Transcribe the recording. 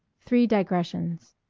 three digressions